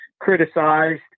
criticized